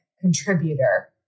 contributor